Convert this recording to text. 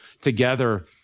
together